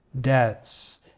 debts